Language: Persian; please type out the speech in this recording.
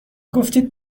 گفتید